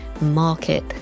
market